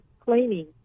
claiming